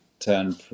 Turn